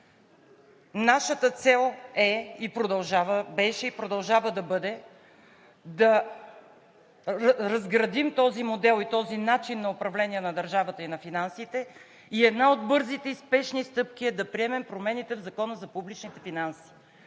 Нашата цел е, беше и продължава да бъде, да разградим този модел и този начин на управление на държавата и на финансите. Една от бързите и спешни стъпки е да приемем промените в Закона за публичните финанси,